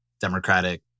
Democratic